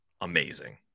amazing